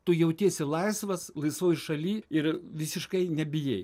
tu jautiesi laisvas laisvoj šaly ir visiškai nebijai